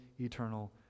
eternal